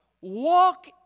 walk